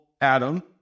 Adam